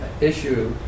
issue